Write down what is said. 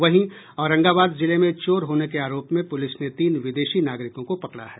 वहीं औरंगाबाद जिले में चोर होने के आरोप में पुलिस ने तीन विदेशी नागरिकों को पकड़ा है